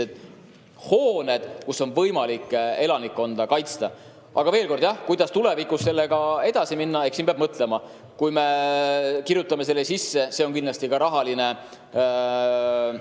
hooned, kus on võimalik elanikkonda kaitsta. Aga veel kord, jah, kuidas tulevikus sellega edasi minna, eks siin peab mõtlema. Kui me kirjutame selle sisse, siis see on kindlasti ka rahaline